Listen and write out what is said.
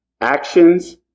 Actions